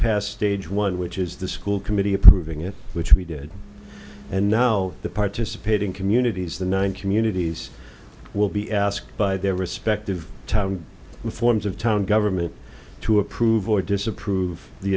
past stage one which is the school committee approving it which we did and now the participating communities the nine communities will be asked by their respective forms of town government to approve or disapprove the